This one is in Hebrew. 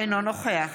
אינו נוכח